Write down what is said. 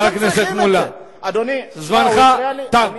חבר הכנסת מולה, זמנך תם.